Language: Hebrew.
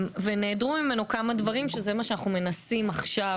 נעדרו ממנו כמה דברים שזה מה שאנו מנסים עכשיו